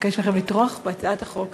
אבקש מכם לתמוך בהצעת החוק.